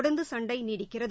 தொடர்ந்து சண்டை நீடிக்கிறது